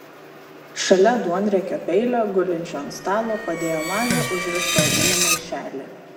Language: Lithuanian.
šalia duonriekio peilio gulinčio ant stalo padėjo mažą užrištą odinį maišelį